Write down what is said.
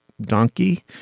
donkey